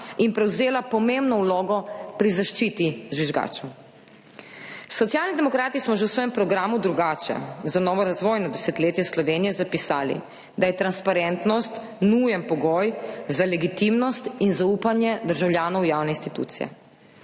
in prevzela pomembno vlogo pri zaščiti žvižgačev. Socialni demokrati smo že v svojem programu Drugače za novo razvojno desetletje Slovenije zapisali, da je transparentnost nujen pogoj za legitimnost in zaupanje državljanov v javne institucije,